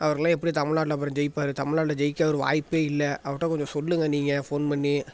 அவரெலாம் எப்படி தமிழ்நாட்டில் அப்புறம் ஜெயிப்பார் தமிழ்நாட்டில் ஜெயிக்க அவர் வாய்ப்பே இல்லை அவருகிட்ட கொஞ்சம் சொல்லுங்கள் நீங்கள் ஃபோன் பண்ணி